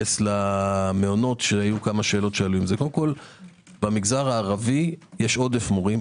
הערבי והמעונות קודם כל במגזר הערבי יש עודף מורים.